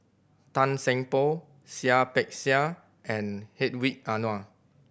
Tan Seng Poh Seah Peck Seah and Hedwig Anuar